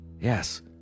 Yes